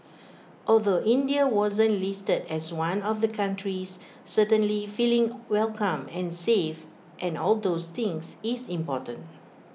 although India wasn't listed as one of the countries certainly feeling welcome and safe and all those things is important